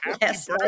Yes